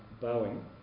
bowing